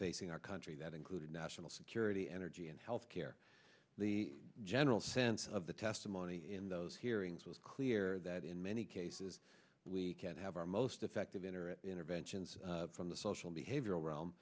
facing our country that included national security energy and health care the general sense of the testimony in those hearings was clear that in many cases we can have our most effective in or interventions from the social behavioral realm